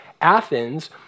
Athens